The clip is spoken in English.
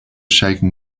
shaking